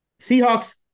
Seahawks